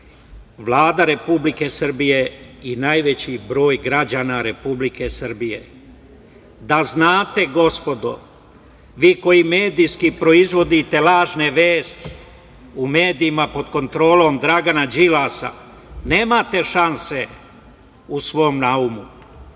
Vlada Republike Srbije i najveći broj građana Republike Srbije. Da znate, gospodo, vi koji medijski proizvodite lažne vesti u medijima pod kontrolom Dragana Đilasa, nemate šanse u svom naumu